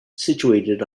situated